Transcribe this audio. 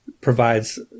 provides